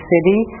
City